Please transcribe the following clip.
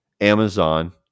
Amazon